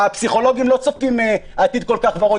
הפסיכולוגים לא צופים עתיד כל כך ורוד.